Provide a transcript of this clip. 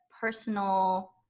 personal